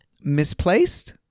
misplaced